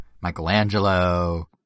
Michelangelo